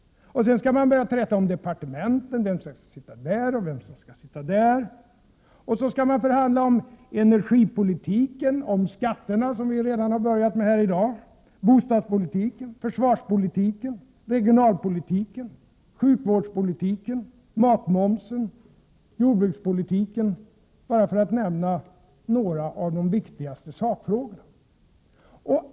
Och sedan skall man börja träta om departementen, om vem som skall sitta där och vem som skall sitta där. Så skall man förhandla om energipolitiken, skatterna — som man redan har börjat med här i dag —, bostadspolitiken, försvarspolitiken, regionalpolitiken, sjukvårdspolitiken, matmomsen, jordbrukspolitiken — för att bara nämna några av de viktigaste sakfrågorna.